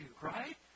right